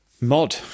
mod